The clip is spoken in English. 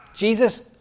Jesus